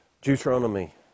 Deuteronomy